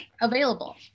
available